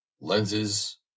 lenses